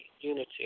unity